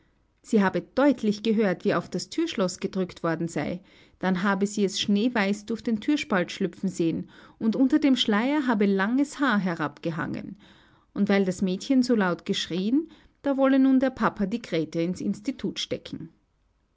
sie habe deutlich gehört wie auf das thürschloß gedrückt worden sei dann habe sie es schneeweiß durch den thürspalt schlüpfen sehen und unter dem schleier habe langes haar herabgehangen und weil das mädchen so laut geschrieen da wolle nun der papa die grete ins institut stecken